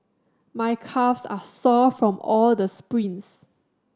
my calves are sore from all the sprints